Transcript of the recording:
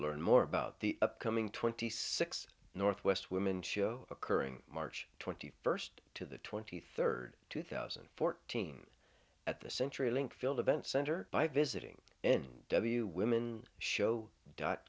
learned more about the upcoming twenty six northwest women show occurring march twenty first to the twenty third two thousand and fourteen at the century link field event center by visiting and w women show dot